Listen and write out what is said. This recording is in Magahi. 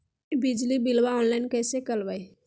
बिजली बिलाबा ऑनलाइन कैसे करबै?